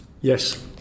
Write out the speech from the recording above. Yes